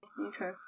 Okay